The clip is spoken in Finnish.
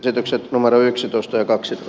ötykset hamara yksitoista kaksi